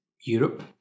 Europe